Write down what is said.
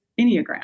Enneagram